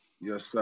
Yes